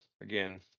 again